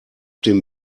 dem